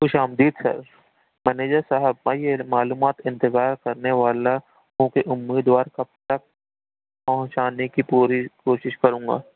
خوش آمدید sir manager صاحب میں یہ معلومات انتظار کرنے والا ہوں کہ عمیدوار کب تک پہنچانے کی پوری کوشش کروں گا